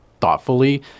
thoughtfully